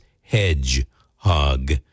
Hedgehog